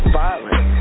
violent